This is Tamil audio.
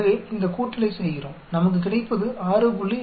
எனவே இந்த கூட்டலை செய்கிறோம் நமக்கு கிடைப்பது 6